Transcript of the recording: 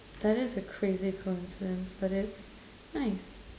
that is a crazy coincidence but it's nice